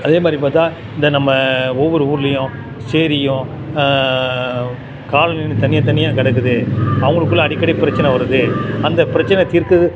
அதேமாதிரி பார்த்தா இந்த நம்ம ஒவ்வொரு ஊர்லேயும் சேரியும் காலனிகள்னு தனியாக தனியாக கிடக்குது அவங்களுக்குள்ள அடிக்கடி பிரச்சின வருது அந்த பிரச்சினைய தீர்க்கிறது